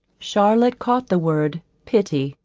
charlotte caught the word pity.